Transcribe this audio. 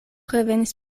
revenis